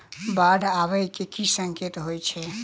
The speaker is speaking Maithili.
बाढ़ आबै केँ की संकेत होइ छै?